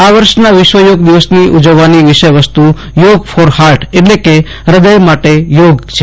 આ વર્ષના વિશ્વ યોગ દિવસ ઉજવવાની વિષય વસ્તુ યોગ ફોર ફાર્ટ એટલે કે રદય માટે યોગ છે